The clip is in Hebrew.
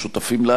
זכויות אזרח,